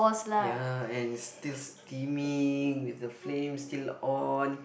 ya and still steaming with the flame still on